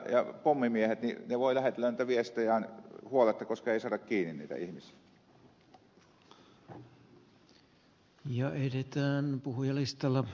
he voivat lähetellä niitä viestejään huoletta koska ei saada niitä ihmisiä kiinni